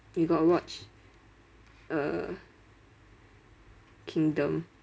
you got watch uh kingdom